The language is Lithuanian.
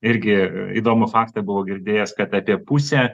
irgi įdomų faktą buvau girdėjęs kad apie pusę